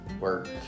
work